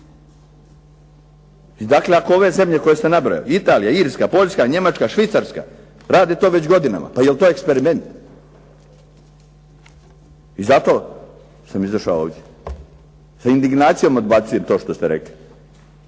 I dakle ove zemlje koje sam nabrojao Italija, Irska, Poljska, Njemačka, Švicarska rade to već godinama, pa je li to eksperiment? I zato sam izašao ovdje. Sa indignacijom odbacujem ovo što ste vi rekli.